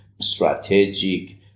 strategic